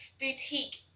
boutique